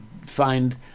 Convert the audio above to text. find